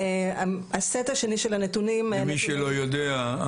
הסט השני של הנתונים -- למי שלא יודע,